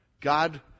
God